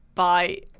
Bye